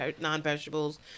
non-vegetables